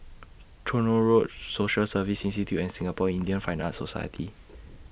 Tronoh Road Social Service Institute and Singapore Indian Fine Arts Society